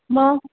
मग